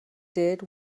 did